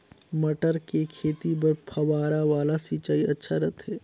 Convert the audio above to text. मटर के खेती बर फव्वारा वाला सिंचाई अच्छा रथे?